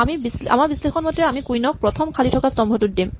আমাৰ বিশ্লেষণ মতে আমি কুইন ক প্ৰথম খালী থকা স্তম্ভটোত দিম